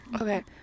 Okay